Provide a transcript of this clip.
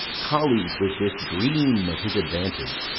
colleagued with this dream of his advantage,